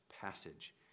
passage